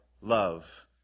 love